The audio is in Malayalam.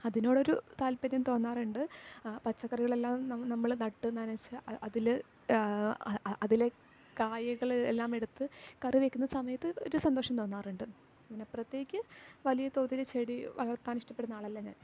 അതിനോടൊരു താൽപര്യം തോന്നാറുണ്ട് പച്ചക്കറികളെല്ലാം നമ്മൾ നട്ടുനനച്ച് അതിൽ അതിൽ കായകൾ എല്ലാം എടുത്ത് കറിവയ്ക്കുന്ന സമയത്ത് ഒരു സന്തോഷം തോന്നാറുണ്ട് ഇതിനപ്പുറത്തേക്ക് വലിയ തോതിൽ ചെടി വളർത്താൻ ഇഷ്ടപ്പെടുന്ന ആളല്ല ഞാൻ